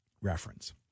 reference